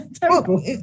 Terrible